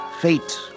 fate